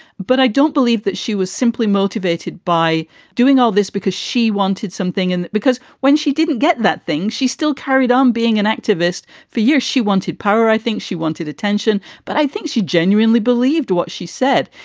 but i don't believe that she was simply motivated by doing all this because she wanted something. and because when she didn't get that thing, she still carried on being an activist for years. she wanted power. i think she wanted attention. but i think she genuinely believed what she said.